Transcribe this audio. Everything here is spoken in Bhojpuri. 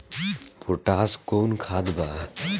पोटाश कोउन खाद बा?